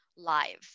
live